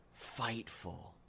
FIGHTFUL